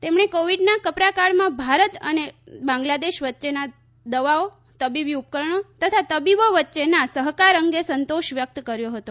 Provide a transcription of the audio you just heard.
તેમણે કોવિડના કપરાકાળમાં ભારત અને બાંગ્લાદેશ વચ્ચે દવાઓ તબિબિ ઉપકરણો તથા તબિબો વચ્ચેના સહકાર અંગે સંતોષ વ્યક્ત કર્યો હતો